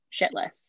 shitless